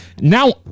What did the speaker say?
now